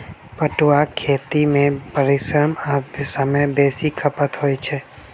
पटुआक खेती मे परिश्रम आ समय बेसी खपत होइत छै